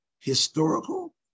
historical